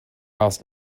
asks